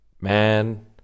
man